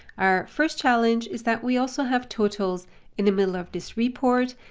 our first challenge is that we also have totals in the middle of this report.